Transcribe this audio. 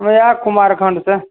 आयब कुमारखण्ड से